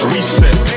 Reset